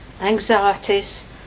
anxieties